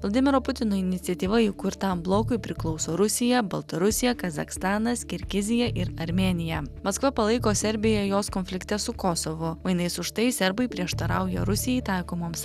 vladimiro putino iniciatyva įkurtam blokui priklauso rusija baltarusija kazachstanas kirgizija ir armėnija maskva palaiko serbiją jos konflikte su kosovu mainais už tai serbai prieštarauja rusijai taikomoms